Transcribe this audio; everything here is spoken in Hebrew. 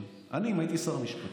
אני, אם הייתי שר המשפטים,